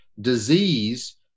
disease